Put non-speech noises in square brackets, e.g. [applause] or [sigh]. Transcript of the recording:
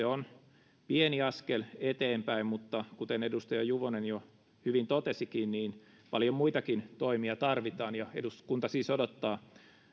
[unintelligible] on pieni askel eteenpäin mutta kuten edustaja juvonen jo hyvin totesikin paljon muitakin toimia tarvitaan ja eduskunta siis odottaa